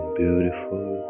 beautiful